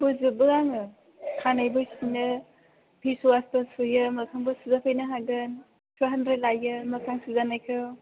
बोजोबो आङो खानाइबो सिनो फेसवासबो सुयो मोखांबो सुजाफैनो हागोन टु हानद्रेद लायो मोखां सुजानायखौ